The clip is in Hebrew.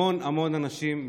המון המון אנשים.